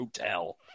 hotel